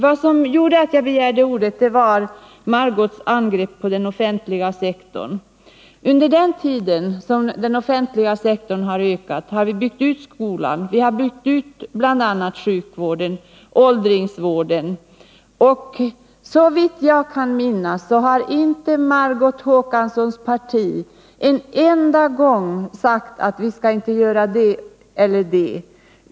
Vad som gjorde att jag begärde ordet var Margot Håkanssons angrepp på den offentliga sektorn. Under den tid då den offentliga sektorn har ökat har vi byggt ut bl.a. skolan, sjukvården och åldringsvården. Såvitt jag kan minnas har Margot Håkanssons parti inte en enda gång sagt: Vi skall inte göra det eller det.